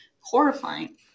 Horrifying